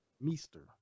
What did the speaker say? Meester